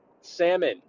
salmon